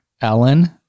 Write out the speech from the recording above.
Ellen